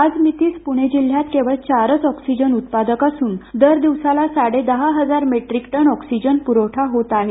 आज मितीस पूणे जिल्ह्यात केवळ चारच ऑक्सीजन उत्पादक असून दर दिवसाला साडेदहा हजार मेट्रिक टन ऑक्सिजन प्रवठा होत आहे